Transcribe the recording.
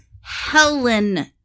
Helen